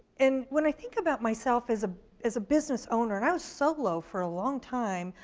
and when i think about myself as ah as a business owner, and i was solo for a long time.